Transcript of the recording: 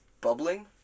bubbling